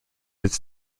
its